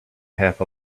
half